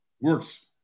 works